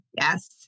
Yes